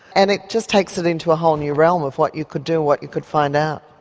and it just takes it into a whole new realm of what you could do, what you could find out.